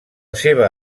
seva